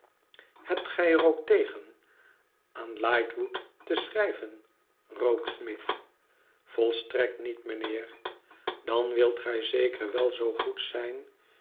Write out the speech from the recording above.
hebt gij er ook tegen aan lightwood te schrijven rokesmith volstrekt niet mijnheer dan wilt gij zeker wel zoo goed zijn